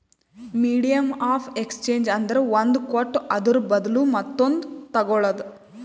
medium of exchange ಅಂದ್ರ ಒಂದ್ ಕೊಟ್ಟು ಅದುರ ಬದ್ಲು ಮತ್ತೊಂದು ತಗೋಳದ್